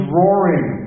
roaring